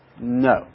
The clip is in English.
No